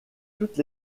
toutes